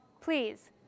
Please